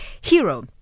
Hero